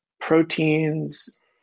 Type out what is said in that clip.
proteins